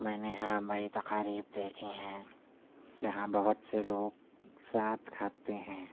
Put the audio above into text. میں نے ہاں بڑی تقاریب دیکھی ہیں یہاں بہت سے لوگ ساتھ کھاتے ہیں